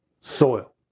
soil